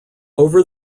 over